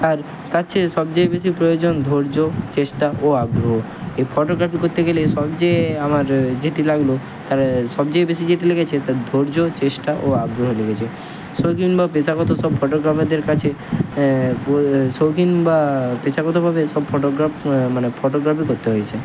আর তার চেয়ে সবযেয়ে বেশি প্রয়োজন ধৈর্য চেষ্টা ও আগ্রহ এই ফটোগ্রাফি করতে গেলে সবযেয়ে আমার যেটি লাগলো তার সবযেয়ে বেশি যেটি লেগেছে তা ধৈর্য চেষ্টা ও আগ্রহ লেগেছে শৌখিন বা পেশাগত সব ফটোগ্রাফারদের কাছে শৌখিন বা পেশাগতভাবে সব ফটোগ্রাফ মানে ফটোগ্রাফি করতে হয়েছে